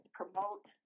promote